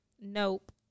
nope